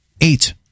Eight